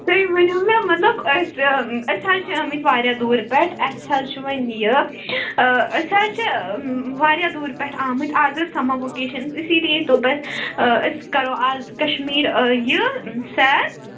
تُہۍ ؤنِو مےٚ مَطلَب أسۍ أسۍ حظ چھ آمٕتۍ واریاہ دوٗرِ پیٚٹھ اسہِ حظ چھُ وۅنۍ یہِ آ أسۍ حظ چھِ واریاہ دوٗرِ پیٚٹھ آمٕتۍ اَز ٲسۍ سَمَر وَکیشَنٛز اِسی لیے دوٚپ اسہِ آ أسۍ کَرو اَز کَشمیٖرآ یہِ سیر